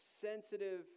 sensitive